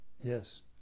yes